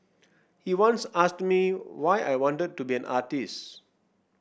he once asked me why I wanted to be an artist